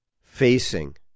facing